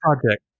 project